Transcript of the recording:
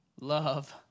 love